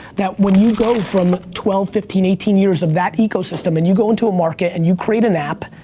that when you go from twelve, fifteen, eighteen years of that ecosystem, and you go into a market, and you create an app,